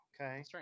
Okay